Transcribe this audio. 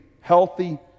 healthy